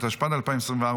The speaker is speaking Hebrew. התשפ"ד 2024,